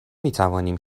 میتوانیم